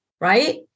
right